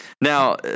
Now